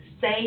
say